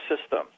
system